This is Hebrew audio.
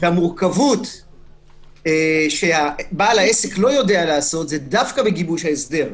המורכבות שבעל העסק לא יודע לעשות היא דווקא בגיבוש ההסדר,